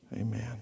amen